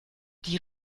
die